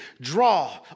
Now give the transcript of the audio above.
draw